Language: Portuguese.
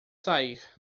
sair